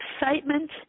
excitement